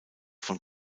von